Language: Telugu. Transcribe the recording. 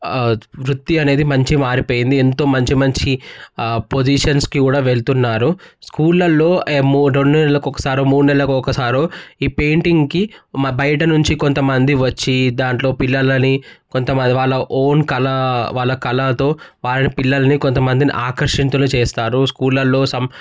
వృత్తి అనేది మంచిగా మారిపోయింది ఎంతో మంచి మంచి పొజిషన్స్కి కూడా వెళ్తున్నారు స్కూళ్లల్లో రెండు నెళ్ల కొక్కసారో మూడు నెళ్ల కొక్కసారో ఈ పెయింటింగ్కి బయటనుంచి కొంతమంది వచ్చి దాంట్లో పిల్లలని కొంత వాళ్ళ ఓన్ కళ వాళ్ళ కళతో వాళ్ళ పిల్లల్ని కొంత మందిని ఆకర్షితులను చేస్తారు స్కూల్లల్లో